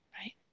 Right